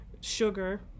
sugar